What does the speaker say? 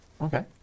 Okay